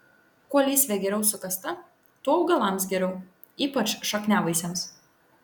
kuo lysvė giliau sukasta tuo augalams geriau ypač šakniavaisiams